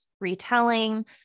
retelling